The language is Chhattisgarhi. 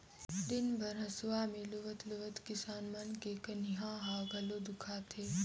दिन भर हंसुआ में लुवत लुवत किसान मन के कनिहा ह घलो दुखा थे